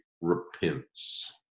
repents